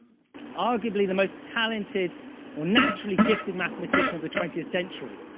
arguably the most talented or naturally gifted mathematician of the twentieth century.